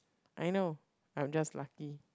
I know I'm just lucky